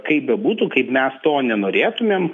kaip bebūtų kaip mes to nenorėtumėm